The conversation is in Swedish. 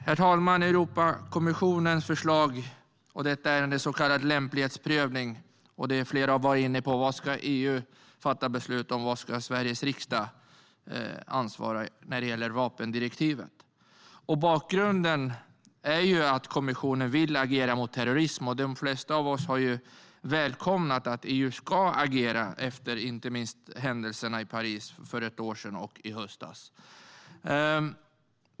Herr talman! Detta ärende gäller en så kallad lämplighetsprövning med anledning av EU-kommissionens förslag. Som flera varit inne på handlar det om vad EU ska fatta beslut om och vad Sveriges riksdag ska ansvara för när det gäller vapendirektivet. Bakgrunden är att kommissionen vill agera mot terrorism. De flesta av oss har välkomnat att EU ska agera, inte minst efter händelserna i Paris för ett år sedan och i höstas.